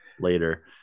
later